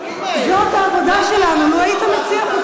אבל אנחנו בני-אדם.